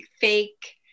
fake